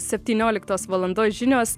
septynioliktos valandos žinios